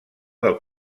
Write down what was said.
del